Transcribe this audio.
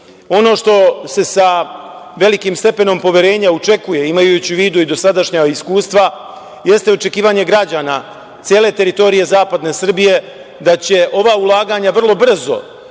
što se sa velikim stepenom poverenja očekuje, imajući u vidu i dosadašnja iskustva, jeste očekivanje građana cele teritorije zapadne Srbije, da će ova ulaganja vrlo brzo